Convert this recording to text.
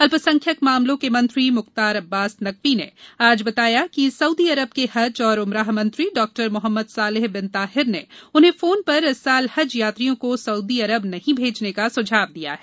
अल्पसंख्यक मामलों के मंत्री मुख्तार अब्बास नकवी ने आज बताया कि सऊदी अरब के हज और उमराह मंत्री डॉमोहम्मद सालेह बिन ताहिर ने उन्हें फोन पर इस साल हज यात्रियों को सउदी अरब नहीं भेजने का सुझाव दिया है